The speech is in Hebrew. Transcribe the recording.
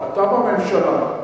אתה בממשלה,